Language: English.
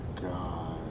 God